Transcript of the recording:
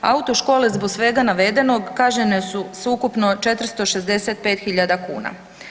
Autoškole zbog svega navedenog kažnjene su s ukupno 465.000 kuna.